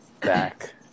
back